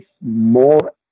more